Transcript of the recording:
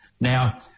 Now